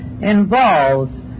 involves